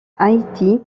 haïti